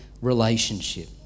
relationship